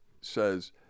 says